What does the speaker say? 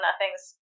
Nothing's